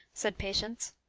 said patience.